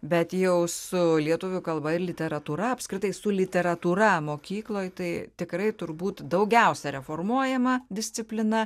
bet jau su lietuvių kalba ir literatūra apskritai su literatūra mokykloj tai tikrai turbūt daugiausia reformuojama disciplina